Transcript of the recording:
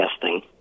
testing